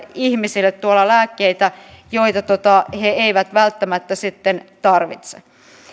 ihmisille lääkkeitä joita he eivät välttämättä sitten tarvitse